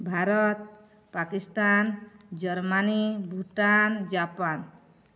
Bharat Pakistan Germany Bhutan Japan